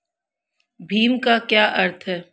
भीम का क्या अर्थ है?